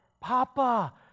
Papa